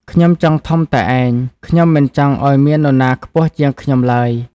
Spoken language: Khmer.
ខ្ញុំចង់ធំតែឯង ខ្ញុំមិនចង់ឲ្យមាននរណាខ្ពស់ជាងខ្ញុំឡើយ!"